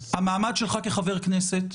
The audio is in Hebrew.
המעמד שלך כחבר כנסת,